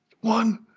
one